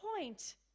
point